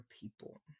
people